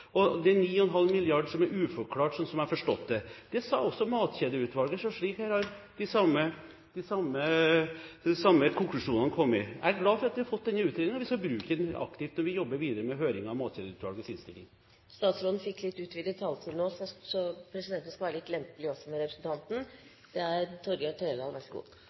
og 9,5 mrd. kr er uforklart, slik jeg har forstått det. Det sa også Matkjedeutvalget, så slik sett har den samme konklusjonen kommet. Jeg er glad for at vi har fått denne utredningen, og vi skal bruke den aktivt når vi jobber videre med høringen om Matkjedeutvalgets innstilling. Statsråden fikk litt utvidet taletid, så presidenten skal være litt lempelig også med representanten.